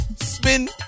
Spin